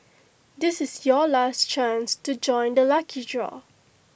this is your last chance to join the lucky draw